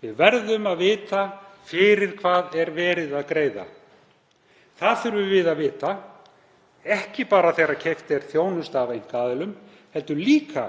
Við verðum að vita fyrir hvað er verið að greiða. Það þurfum við að vita, ekki bara þegar keypt er þjónusta af einkaaðilum heldur líka